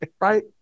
Right